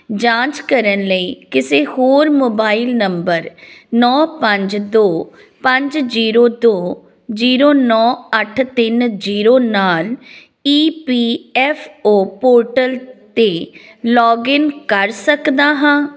ਜਾਂਚ ਕਰਨ ਲਈ ਕਿਸੇ ਹੋਰ ਮੋਬਾਇਲ ਨੰਬਰ ਨੌਂ ਪੰਜ ਦੋ ਪੰਜ ਜੀਰੋ ਦੋ ਜੀਰੋ ਨੌਂ ਅੱਠ ਤਿੰਨ ਜੀਰੋ ਨਾਲ E P F O portal 'ਤੇ ਲੋਗਿਨ ਕਰ ਸਕਦਾ ਹਾਂ